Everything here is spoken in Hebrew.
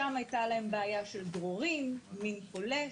שם הייתה להם בעיה של דרורים, מין פולש,